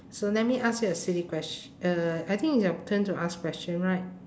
so let me ask you a silly ques~ uh I think it's your turn to ask question right